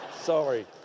Sorry